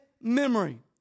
memory